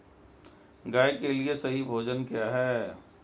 गाय के लिए सही भोजन क्या है?